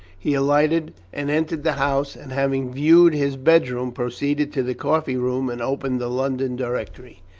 he alighted, and entered the house, and having viewed his bedroom, proceeded to the coffee-room and opened the london directory.